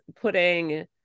putting